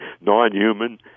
non-human